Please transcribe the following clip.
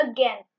Again